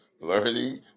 learning